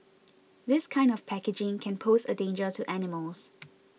this kind of packaging can pose a danger to animals